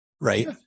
Right